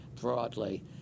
broadly